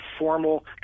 formal